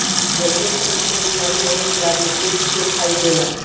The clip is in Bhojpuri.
जलीय खेती में बीमारी बहुत ज्यादा तेजी से फइलेला